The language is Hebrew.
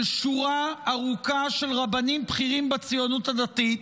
שורה ארוכה של רבנים בכירים בציונות הדתית,